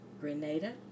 Grenada